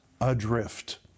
adrift